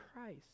Christ